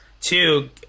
two